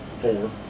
four